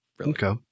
Okay